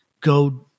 go